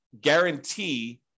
guarantee